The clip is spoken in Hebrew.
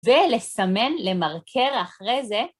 ולסמן למרקר אחרי זה.